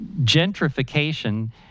gentrification